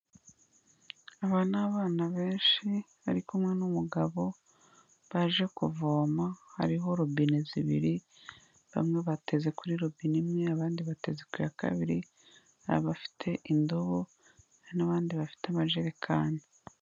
Aba ni abana benshi bari kumwe n'umugabo baje kuvoma hariho rubine zibiriri, bamwe bateze kuri robine imwe abandi batezi ku ya kabiri, hari abafite indobo hari n'abandi bafite amajerekani.